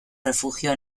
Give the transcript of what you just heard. refugio